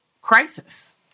crisis